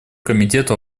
комитету